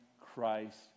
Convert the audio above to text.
Christ